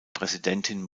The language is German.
präsidentin